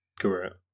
Correct